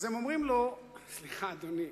אז הם אומרים לו: סליחה, אדוני,